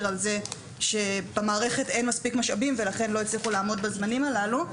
על זה שבמערכת אין מספיק משאבים ולכן לא הצליחו לעמוד בזמנים הללו.